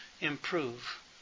improve